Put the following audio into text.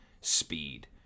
speed